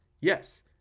Yes